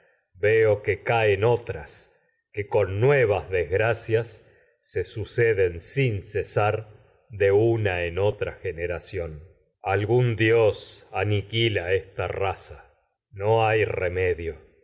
labdácidas que sin otras que con nuevas desgra de una en cias se suceden otra generación algún dios aniquila esta la raza no hay remedio